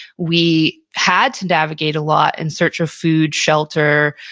we had to navigate a lot in search of food, shelter,